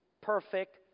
perfect